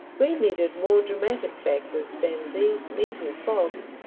we needed more dramatic factors than these mental fogs,